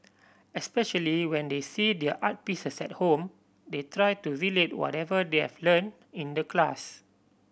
especially when they see their art pieces at home they try to relate whatever they've learnt in the class